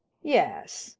yes.